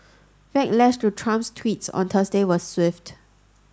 backlash to Trump's tweets on Thursday was swift